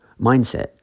mindset